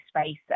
space